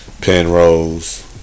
Penrose